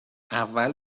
اول